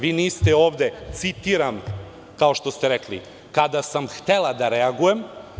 Vi niste ovde, citiram kao što ste rekli – kada sam htela da reagujem.